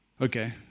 Okay